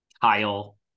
Kyle